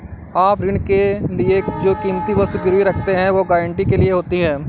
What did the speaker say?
आप ऋण के लिए जो कीमती वस्तु गिरवी रखते हैं, वो गारंटी के लिए होती है